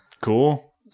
cool